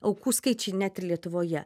aukų skaičiai net ir lietuvoje